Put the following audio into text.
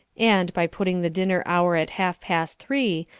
and, by putting the dinner hour at half-past three,